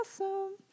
awesome